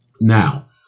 Now